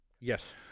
Yes